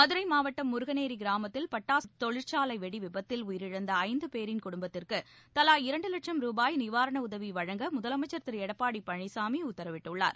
மதுரை மாவட்டம் முருகநேரி கிராமத்தில் பட்டாசு தொழிற்சாலை வெடி விபத்தில் உயிரிழந்த ஐந்து பேரின் குடும்பத்திற்கு தலா இரண்டு லட்சும் ரூபாய் நிவாரண உதவி வழங்க முதலமைச்சா் திரு எடப்பாடி பழனிசாமி உத்தரவிட்டுள்ளார்